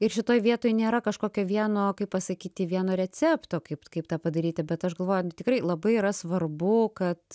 ir šitoj vietoj nėra kažkokio vieno kaip pasakyti vieno recepto kaip kaip tą padaryti bet aš galvoju nu tikrai labai yra svarbu kad